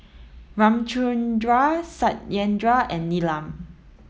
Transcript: Ramchundra Satyendra and Neelam